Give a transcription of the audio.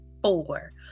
four